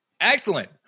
Excellent